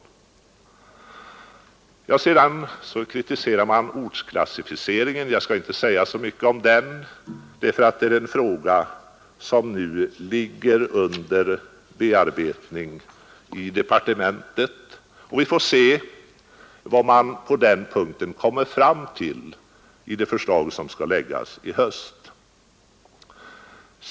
Man kritiserar vidare även ortsklassificeringen. Jag skall inte säga så mycket om den, eftersom det är en fråga som nu ligger under prövning i departementet. Vi får se vad man på den punkten kommer fram till i det förslag som skall framläggas i höst.